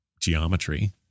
geometry